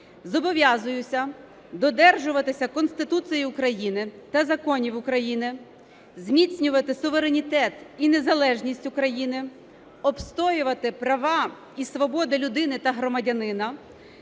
Зобов'язуюся додержуватися Конституції України та законів України, зміцнювати суверенітет і незалежність України, обстоювати права і свободи людини та громадянина,